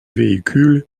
véhicules